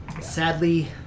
Sadly